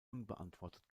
unbeantwortet